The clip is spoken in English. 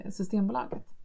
systembolaget